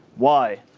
why?